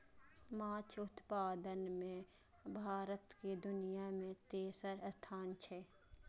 माछ उत्पादन मे भारत के दुनिया मे तेसर स्थान छै